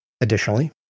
Additionally